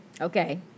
Okay